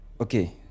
Okay